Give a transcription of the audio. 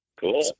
Cool